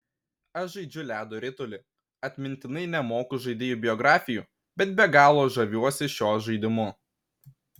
aš žaidžiu ledo ritulį atmintinai nemoku žaidėjų biografijų bet be galo žaviuosi šiuo žaidimu